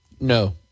No